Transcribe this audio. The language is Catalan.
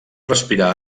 respirar